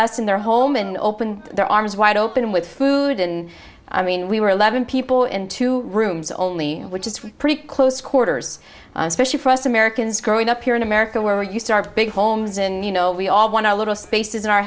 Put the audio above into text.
us in their home and opened their arms wide open with food in i mean we were eleven people in two rooms only which is pretty close quarters especially for us americans growing up here in america we're used to our big homes and you know we all want our little spaces in our